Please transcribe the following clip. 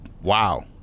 wow